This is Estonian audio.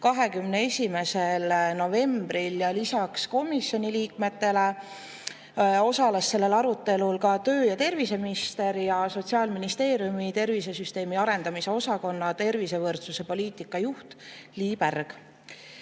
21. novembril. Lisaks komisjoni liikmetele osalesid sellel arutelul tervise‑ ja tööminister ning Sotsiaalministeeriumi tervisesüsteemi arendamise osakonna tervisevõrdsuse poliitika juht Lii